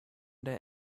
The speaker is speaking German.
der